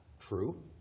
True